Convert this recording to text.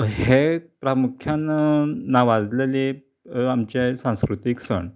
हें प्रामुख्यान नावाजलेली आमचे सांस्कृतीक सण